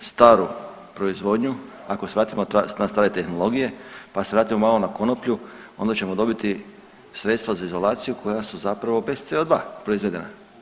staru proizvodnju, ako se vratimo na stare tehnologije, pa se vratimo malo na konoplju onda ćemo dobiti sredstva za izolaciju koja su zapravo bez CO2 proizvedena.